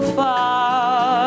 far